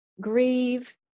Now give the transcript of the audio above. grieve